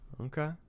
okay